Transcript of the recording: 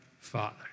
Father